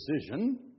decision